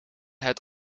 het